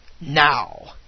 now